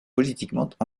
politiquement